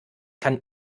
kann